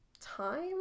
time